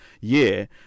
year